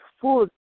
food